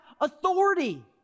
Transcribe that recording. authority